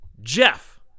Jeff